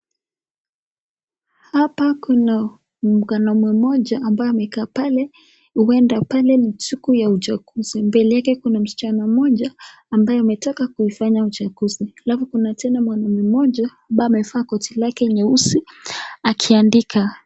Hapa kuna mwanamume mmoja ambaye amekaa pale huenda pale ni siku ya uchaguzi. Mbele yake kuna msichana mmoja ambaye ametoka kuifanya uchaguzi. Alafu kuna tena mwanamume mmoja ambaye amevaa koti lake nyeusi akiandika.